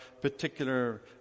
particular